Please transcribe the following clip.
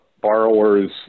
borrowers